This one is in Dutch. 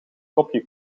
kopje